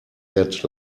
that